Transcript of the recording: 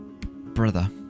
brother